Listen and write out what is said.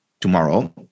tomorrow